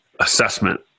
assessment